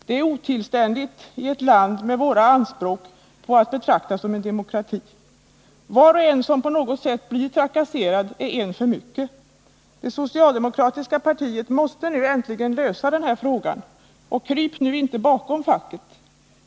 Det är otillständigt i ett land som vårt med anspråk på att betraktas som en demokrati. Var och en som på något sätt blir trakasserad är en för mycket. 131 Det socialdemokratiska partiet måste nu äntligen lösa den här frågan — och kryp inte bakom facket!